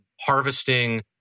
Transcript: Harvesting